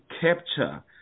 capture